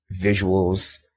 visuals